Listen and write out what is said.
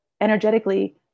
energetically